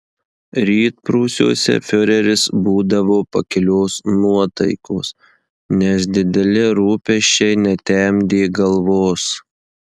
rytprūsiuose fiureris būdavo pakilios nuotaikos nes dideli rūpesčiai netemdė galvos